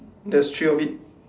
there's three of it